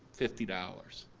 fifty dollars.